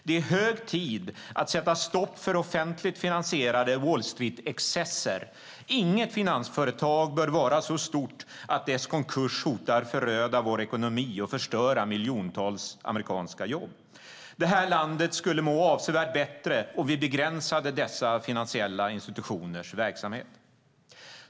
Det är hög tid att sätta stopp för offentligt finansierade Wall Street-excesser. Inget finansföretag bör vara så stort att dess konkurs hotar att föröda vår ekonomi och förstöra miljontals amerikanska jobb. Det här landet skulle må avsevärt bättre om vi begränsade dessa finansiella institutioners verksamhet.